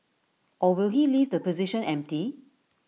or will he leave the position empty